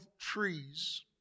trees